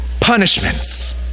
punishments